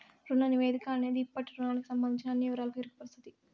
రుణ నివేదిక అనేది ఇప్పటి రుణానికి సంబందించిన అన్ని వివరాలకు ఎరుకపరుస్తది